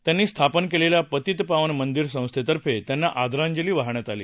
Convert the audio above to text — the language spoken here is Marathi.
त्यांनी स्थापन केलेल्या पतित पावन मंदिर संस्थेतर्फे त्यांना आदरांजली वाहण्यात आली